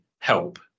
help